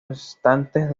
restantes